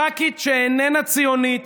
ח"כית שאיננה ציונית